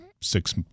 six